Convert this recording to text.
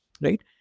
right